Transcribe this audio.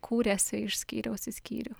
kūrėsi iš skyriaus į skyrių